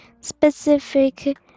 specific